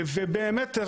ובאמת,